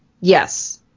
Yes